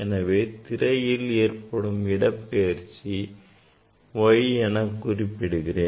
எனவே திரையில் ஏற்படும் இடப்பெயர்ச்சி நான் Y எனக் குறிப்பிடுகிறேன்